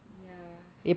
ya